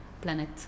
planet